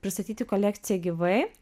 pristatyti kolekciją gyvai